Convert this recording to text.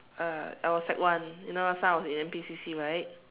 uh I was sec one you know last time I was in N_P_C_C right